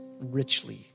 richly